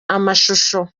amashusho